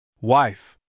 Wife